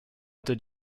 did